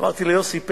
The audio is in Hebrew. אמרתי לשר יוסי פלד: